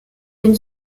den